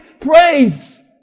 praise